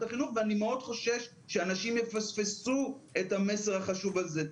החינוך ואני מאוד חושש שאנשים יפספסו את המסר החשוב הזה.